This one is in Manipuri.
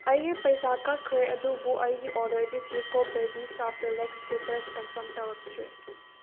ꯑꯩꯒꯤ ꯄꯩꯁꯥ ꯀꯛꯈ꯭ꯔꯦ ꯑꯗꯨꯕꯨ ꯑꯩꯒꯤ ꯑꯣꯗꯔꯗꯤ Chicco baby soft relax teethers confirm ꯇꯧꯔꯛꯇ꯭ꯔꯤ